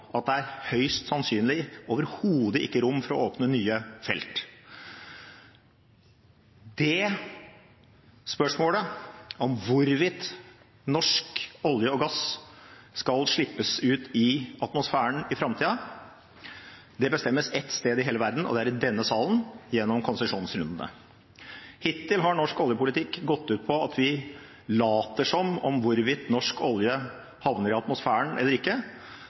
at det er høyst sannsynlig overhodet ikke rom for å åpne nye felt. Det spørsmålet, om hvorvidt norsk olje og gass skal slippes ut i atmosfæren i framtiden, bestemmes ett sted i hele verden, og det er i denne salen gjennom konsesjonsrundene. Hittil har norsk oljepolitikk gått ut på at vi later som om hvorvidt norsk olje havner i atmosfæren eller ikke,